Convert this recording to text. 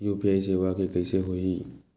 UPI सेवा के कइसे होही?